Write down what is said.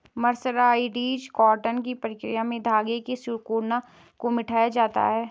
mercerised cotton की प्रक्रिया में धागे की सिकुड़न को मिटाया जाता है